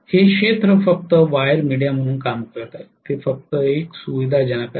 हे क्षेत्र फक्त वायर मीडिया म्हणून काम करत आहे ते फक्त एक सुविधाजनक आहे